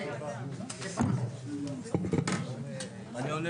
כי בגלל שיש לנו מחלוקות בינינו ואנחנו רוצים